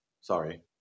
Sorry